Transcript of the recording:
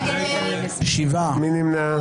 מי נמנע?